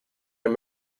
and